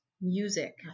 music